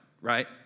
right